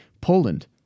Poland